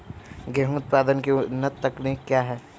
गेंहू उत्पादन की उन्नत तकनीक क्या है?